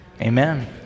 amen